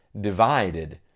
divided